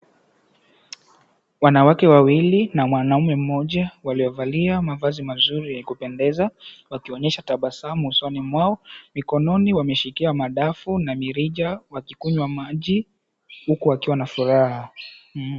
Wanawake wawili na wanaume mmoja waliyovalia mavazi mazuri yakupendeza, wakionyesha tabasamu usoni mwao, mikononi wameshikilia madafu na mirija wakikunywa maji huku wakiwa na furaha.